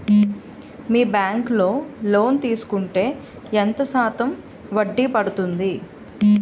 మీ bank లో loan తీసుకుంటే ఎంత శాతం వడ్డీ పడ్తుంది?